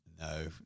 no